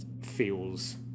feels